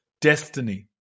destiny